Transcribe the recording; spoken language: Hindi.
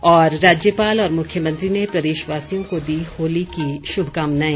और राज्यपाल और मुख्यमंत्री ने प्रदेशवासियों को दी होली की शुभकामनाएं